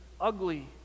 ugly